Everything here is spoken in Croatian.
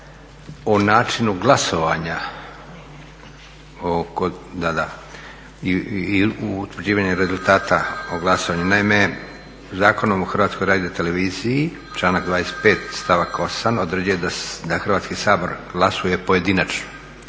o načinu glasovanja i utvrđivanju rezultata o glasovanju. Naime, Zakonom o HRT-u, članak 25., stavak 8, određuje da Hrvatski sabor glasuje pojedinačno